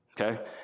okay